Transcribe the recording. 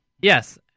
Yes